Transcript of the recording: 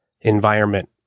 environment